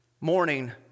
morning